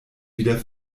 wieder